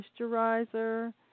moisturizer